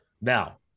Now